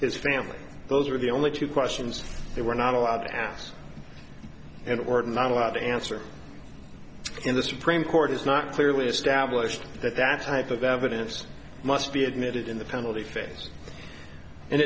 his family those are the only two questions they were not allowed to ask and orton not allowed to answer in the supreme court is not clearly established that that type of evidence must be admitted in the penalty phase in